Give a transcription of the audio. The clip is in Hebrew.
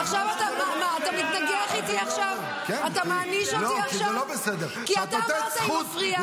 --- כל אחד מהם מתחנן שיכניסו את הילדים שלו לסמינרים האשכנזים.